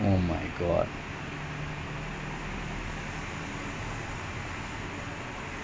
then he he did the side then he realise everything gone then he like oh my god then he legit shaved everything off